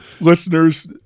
listeners